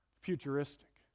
futuristic